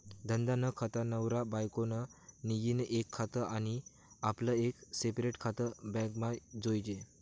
धंदा नं खातं, नवरा बायको नं मियीन एक खातं आनी आपलं एक सेपरेट खातं बॅकमा जोयजे